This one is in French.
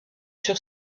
sur